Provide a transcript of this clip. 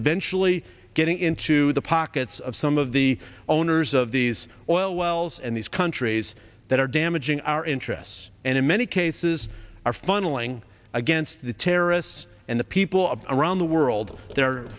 really getting into the pockets of some of the owners of these oil wells and these countries that are damaging our interests and in many cases are funneling against the terrorists and the people around the world they're